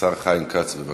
השר חיים כץ, בבקשה.